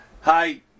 hi